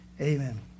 Amen